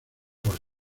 por